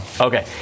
Okay